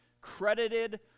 Credited